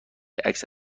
عکس